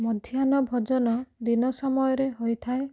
ମଧ୍ୟାହ୍ନ ଭୋଜନ ଦିନ ସମୟରେ ହୋଇଥାଏ